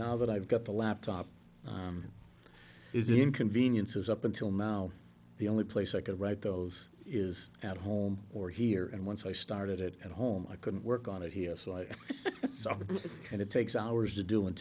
now that i've got the laptop is the inconvenience is up until now the only place i could write those is at home or here and once i started it at home i couldn't work on it here so i saw it and it takes hours to do and